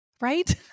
right